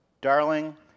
darling